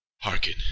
Hearken